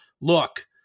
look